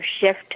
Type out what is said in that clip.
shift